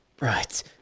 Right